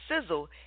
sizzle